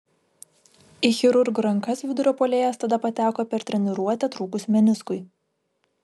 į chirurgų rankas vidurio puolėjas tada pateko per treniruotę trūkus meniskui